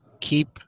keep